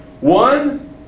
One